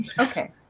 Okay